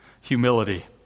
Humility